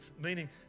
Meaning